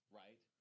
right